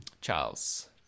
Charles